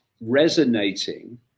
resonating